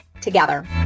together